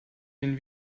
den